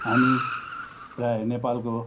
हामी प्रायः नेपालको